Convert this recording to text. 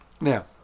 now